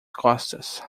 costas